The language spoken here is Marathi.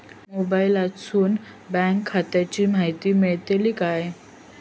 मोबाईलातसून बँक खात्याची माहिती मेळतली काय?